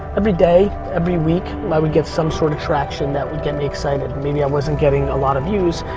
i mean day, every week, why we get some sort of traction that we can be excited. maybe i wasn't getting a lot of views,